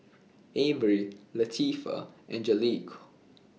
Averie Latifah and Angelique